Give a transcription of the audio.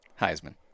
heisman